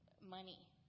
money